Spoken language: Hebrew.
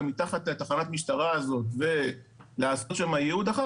מתחת לתחנת המשטרה הזאת ולעשות שם ייעוד אחר,